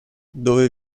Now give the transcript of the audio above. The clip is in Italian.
dove